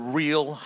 real